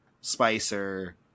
Spicer